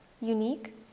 unique